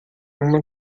uma